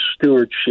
stewardship